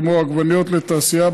כמו עגבניות לתעשייה,